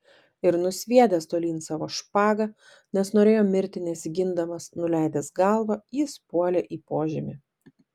ir nusviedęs tolyn savo špagą nes norėjo mirti nesigindamas nuleidęs galvą jis puolė į požemį